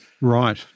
Right